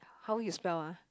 how you spell ah